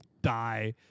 die